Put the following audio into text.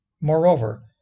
Moreover